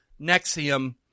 Nexium